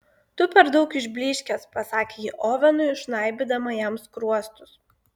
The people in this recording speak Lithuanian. tu per daug išblyškęs pasakė ji ovenui žnaibydama jam skruostus